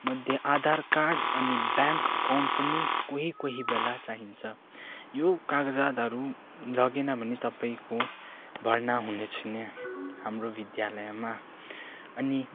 मध्ये आधार कार्ड अनि bank account पनि कोही कोही बेला चाहिन्छ यो कागजातहरू लगेन भने तपाईँको भर्ना हुनेछैन हाम्रो विद्यालयमा अनि